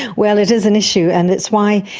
well, it is an issue and it's why,